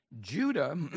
Judah